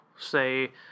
say